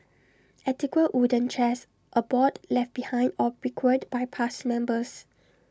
antique wooden chairs abound left behind or bequeathed by past members